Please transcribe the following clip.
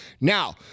Now